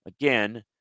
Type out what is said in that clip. again